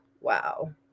wow